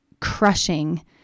crushing